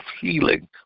healing